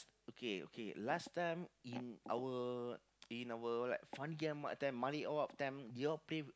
okay okay last time in our in our like Fandi-Ahmad time Malek Awab time they all play